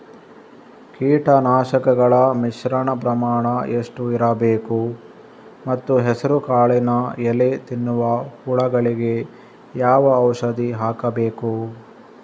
ಕೀಟನಾಶಕಗಳ ಮಿಶ್ರಣ ಪ್ರಮಾಣ ಎಷ್ಟು ಇರಬೇಕು ಮತ್ತು ಹೆಸರುಕಾಳಿನ ಎಲೆ ತಿನ್ನುವ ಹುಳಗಳಿಗೆ ಯಾವ ಔಷಧಿ ಹಾಕಬೇಕು?